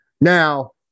Now